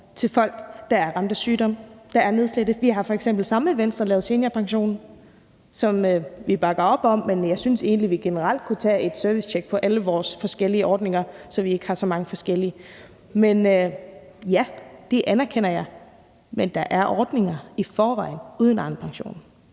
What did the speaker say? til folk, der er ramt af sygdom eller er nedslidte. Vi har f.eks. sammen med Venstre lavet seniorpensionen, som vi bakker op om. Men jeg synes egentlig, at vi generelt godt kunne tage et servicetjek på alle vores ordninger, så vi ikke har så mange forskellige. Så ja, jeg anerkender det, men der er allerede ordninger ud over Arnepensionen.